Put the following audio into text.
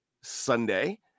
Sunday